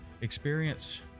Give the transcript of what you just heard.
experience